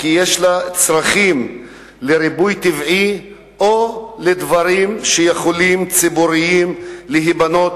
אוכלוסייה שיש לה צרכים לריבוי טבעי או לדברים ציבוריים שיכולים להיבנות